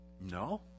No